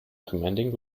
commanding